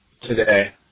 today